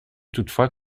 toutefois